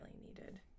needed